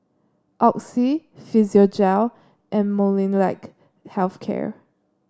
Oxy Physiogel and Molnylcke Health Care